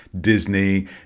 disney